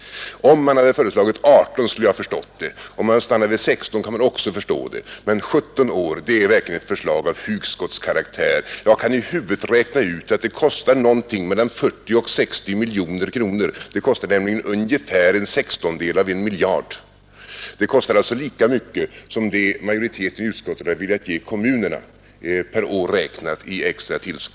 Om man hade föreslagit 18 skulle jag ha förstått det. Om man stannat vid 16, kan jag också förstå det. Men 17 år är verkligen ett förslag av hugskottskaraktär. Jag kan i huvudet räkna ut att det kostar någonting mellan 40 och 60 miljoner kronor. Det kostar nämligen ungefär en sextondel av en miljard. Det kostar alltså lika mycket i extra tillskott som det majoriteten i utskottet har velat ge kommunerna per år räknat.